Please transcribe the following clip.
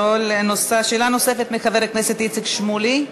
שאלה נוספת לחבר הכנסת איציק שמולי,